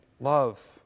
love